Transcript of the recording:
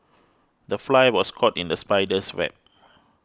the fly was caught in the spider's web